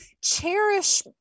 cherish